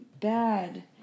bad